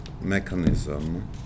mechanism